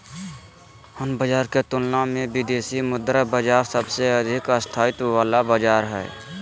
अन्य बाजार के तुलना मे विदेशी मुद्रा बाजार सबसे अधिक स्थायित्व वाला बाजार हय